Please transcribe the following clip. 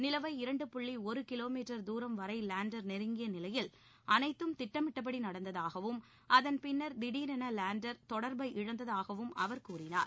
நிலவை இரண்டு புள்ளி ஒரு கிலோமீட்டர் தூரம் வரை லேண்டர் நெருங்கிய வரையில் அனைத்தும் திட்டமிட்டபடி நடந்ததாகவும் அதன் பின்னர் திடீரென லேண்டர் தொடர்பை இழந்ததாகவும் அவர் கூறினார்